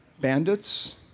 Bandits